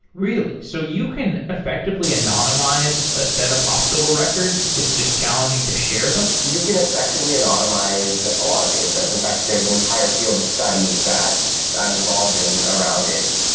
really? so you can effectively anonymize a set of hospital records? it's just challenging to share them? you can effectively anonymize a lot of datasets. in fact, there's an entire field of study that i'm involved in around it.